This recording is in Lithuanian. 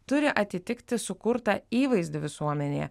turi atitikti sukurtą įvaizdį visuomenėje